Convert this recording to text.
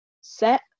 set